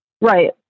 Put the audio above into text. Right